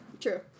True